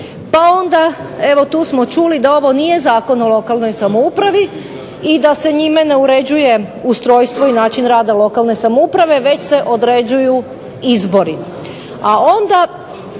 pa onda evo tu smo čuli da ovo nije Zakon o lokalnoj samoupravi i da se njime ne uređuje ustrojstvo i način rada lokalne samouprave već se određuju izbori.